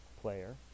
player